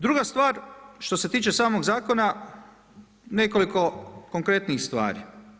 Druga stvar, što se tiče samog zakona nekoliko konkretnijih stvari.